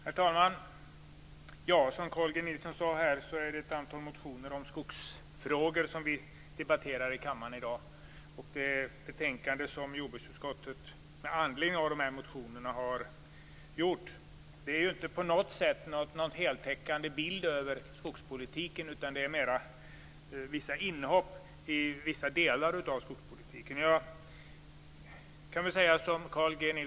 Herr talman! Som Carl G Nilsson sade behandlas ett antal motioner om skogsfrågor i det betänkande som vi behandlar i dag. Betänkandet utgör ju inte på något sätt en heltäckande bild över skogspolitiken, utan det är mera fråga om utdrag av vissa delar av den.